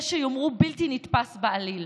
יש שיאמרו בלתי נתפס בעליל.